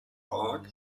park